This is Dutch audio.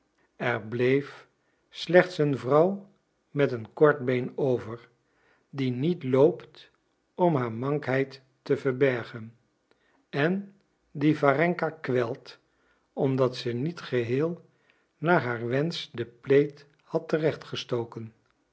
er bleef slechts een vrouw met een kort been over die niet loopt om haar mankheid te verbergen en die warenka kwelt omdat ze niet geheel naar haar wensch den plaid had terecht gestoken